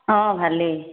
অঁ ভালেই